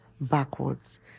backwards